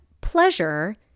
pleasure